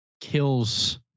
kills